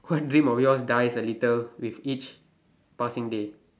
one dream of yours dies a little with each passing day